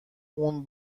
اون